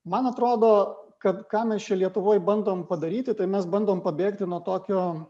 man atrodo kad ką mes čia lietuvoj bandom padaryti tai mes bandom pabėgti nuo tokio